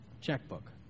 checkbook